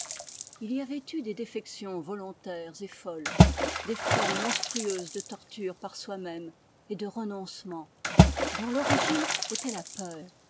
l y avait eu des défections volontaires et folles des formes monstrueuses de torture par soi-même et de renoncement dont l'origine était la peur